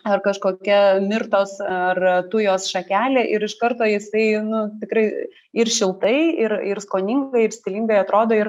ar kažkokia mirtos ar tujos šakelė ir iš karto jisai nu tikrai ir šiltai ir ir skoningai ir stilingai atrodo ir